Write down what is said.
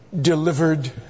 delivered